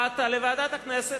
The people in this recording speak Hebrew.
באת לוועדת הכנסת,